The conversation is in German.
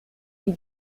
die